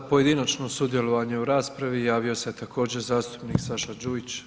Za pojedinačno sudjelovanje u raspravi javio se također zastupnik Saša Đujić.